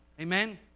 Amen